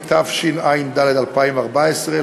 התשע"ד 2014,